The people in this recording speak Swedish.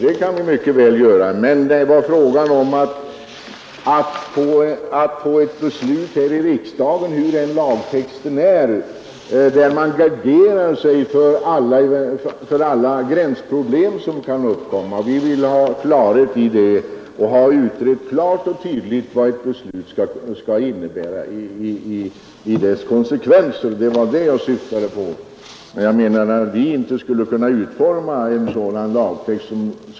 Det var emellertid fråga om att få ett beslut här i riksdagen, hur än lagtexten är, där man garderar sig för alla gränsproblem som kan uppkomma. Vi vill ha utrett klart och tydligt vad ett beslut skall innebära i sina konsekvenser. Det var det jag syftade på.